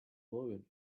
blowing